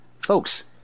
Folks